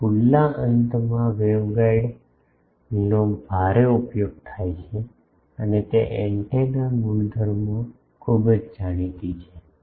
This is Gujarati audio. આ ખુલ્લા અંતમાં વેગગાઇડનો ભારે ઉપયોગ થાય છે અને તે એન્ટેના ગુણધર્મો ખૂબ જાણીતી છે